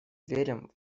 верим